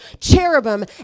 cherubim